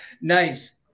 Nice